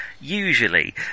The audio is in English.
usually